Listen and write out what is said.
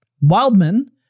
Wildman